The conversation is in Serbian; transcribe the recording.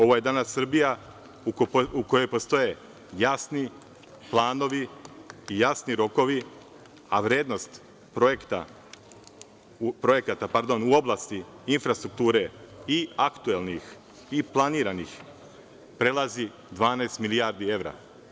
Ovo je danas Srbija u kojoj postoje jasni planovi i jasni rokovi, a vrednost projekata u oblasti infrastrukture, i aktuelnih i planiranih, prelazi 12 milijardi evra.